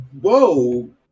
Whoa